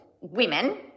women